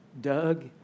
Doug